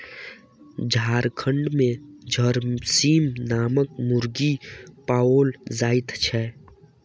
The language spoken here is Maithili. झारखंड मे झरसीम नामक मुर्गी पाओल जाइत छै